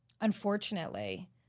unfortunately